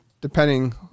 depending